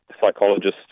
psychologist